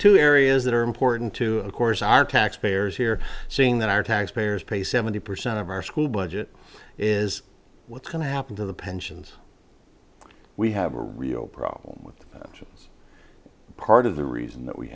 areas that are important to of course are taxpayers here seeing that our taxpayers pay seventy percent of our school budget is what's going to happen to the pensions we have a real problem with actions part of the reason that we